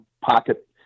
pocket